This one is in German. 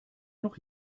noch